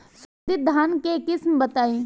सुगंधित धान के किस्म बताई?